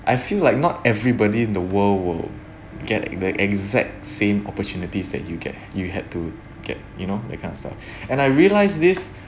I feel like not everybody in the world will get the exact same opportunities that you get you had to get you know that kind of stuff and I realised this